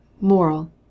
moral